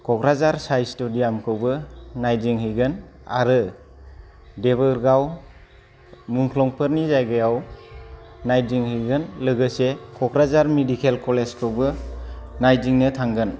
क'क्राझार साय स्टेडियाम खौबो नायदिंहैगोन आरो देबोरगाव मुंख्लंफोरनि जायगायाव नायदिंहैगोन लोगोसे क'क्राझार मेडिकेल कलेज खौबो नायदिंनो थांगोन